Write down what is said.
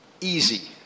easy